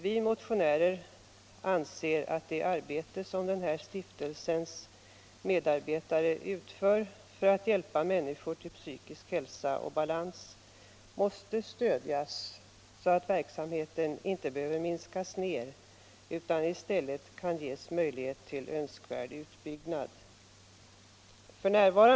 Vi motionärer anser att det arbete som stiftelsens medarbetare utför för att hjälpa människor till psykisk hälsa och balans måste stödjas, så att verksamheten inte behöver minskas ned utan i stället en önskvärd utbyggnad möjliggöras.